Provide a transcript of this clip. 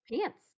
pants